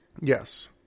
Yes